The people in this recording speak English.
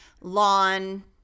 lawn